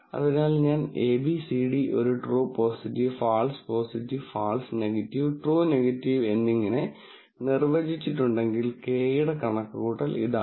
അതിനാൽ ഞാൻ abcd ഒരു true positive false positive false negative true negative എന്നിങ്ങനെ നിർവചിച്ചിട്ടുണ്ടെങ്കിൽ Κ യുടെ കണക്കുകൂട്ടൽ ഇതാണ്